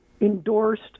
endorsed